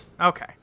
Okay